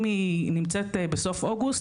אם היא נמצאת בסוף אוגוסט,